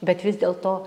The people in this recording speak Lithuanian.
bet vis dėlto